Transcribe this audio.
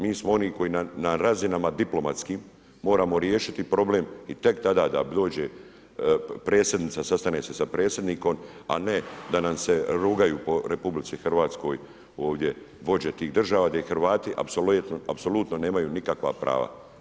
Mi smo oni koji na razinama diplomatskim oramo riješiti problem i tek tada da dođe predsjednica i sastane se sa predsjednikom, a ne da nam se rugaju po RH ovdje vođe tih država, da Hrvati apsolutno nemaju nikakva prava.